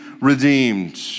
redeemed